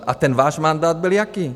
A ten váš mandát byl jaký?